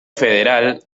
federal